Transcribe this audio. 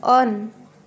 on